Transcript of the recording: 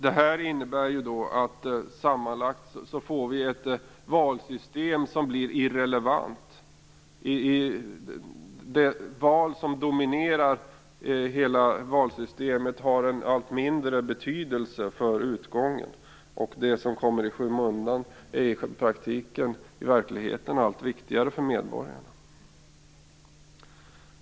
Det innebär att vi sammanlagt får ett valsystem som blir irrelevant. Det val som dominerar hela valsystemet har en allt mindre betydelse för utgången, och det som kommer i skymundan blir i verkligheten allt viktigare för medborgarna.